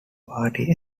party